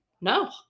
No